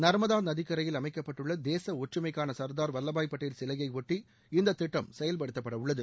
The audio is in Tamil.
நர்மதா நதிக்கரையில் அமைக்கப்பட்டுள்ள தேச ஒற்றுமைக்கான சர்தார் வல்லபாய் பட்டேல் சிலையையொட்டி இந்த திட்டம் செயல்படுத்தப்படவுள்ளது